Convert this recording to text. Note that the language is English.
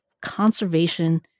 conservation